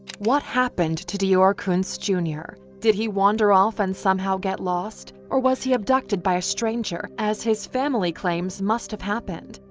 what happened to deorr kunz jr? did he wander off and somehow get lost? or was he abducted by a stranger, as his family claims must have happened?